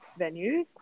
venues